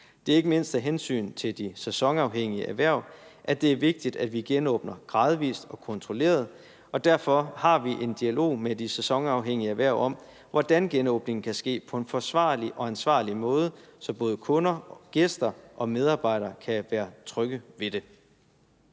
Det er ikke mindst af hensyn til de sæsonafhængige erhverv, at det er vigtigt, at vi genåbner gradvist og kontrolleret, og derfor har vi en dialog med de sæsonafhængige erhverv om, hvordan genåbningen kan ske på en forsvarlig og ansvarlig måde, så både kunder, gæster og medarbejdere kan være trygge ved det.